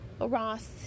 Ross